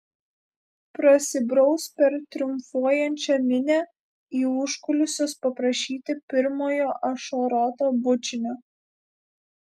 prasibraus per triumfuojančią minią į užkulisius paprašyti pirmojo ašaroto bučinio